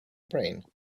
brain